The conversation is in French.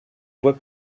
voie